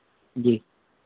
जी